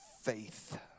faith